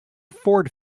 ford